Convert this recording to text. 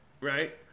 Right